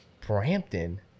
Brampton